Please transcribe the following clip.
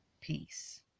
peace